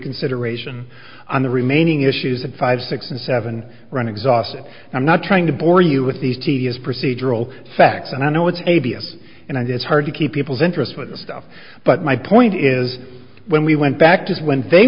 reconsideration on the remaining issues and five six and seven run exhausted i'm not trying to bore you with these tedious procedural facts and i know it's a b s and it's hard to keep people's interest with this stuff but my point is when we went back to when they